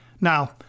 Now